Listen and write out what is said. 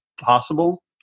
possible